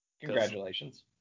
Congratulations